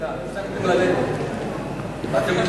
יש מילת קסם, הפסקתם ללדת, ואתם מתלוננים,